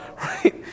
Right